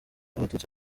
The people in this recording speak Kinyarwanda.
abatutsi